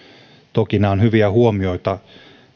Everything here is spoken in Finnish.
toki nämä ovat hyviä huomioita